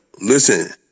Listen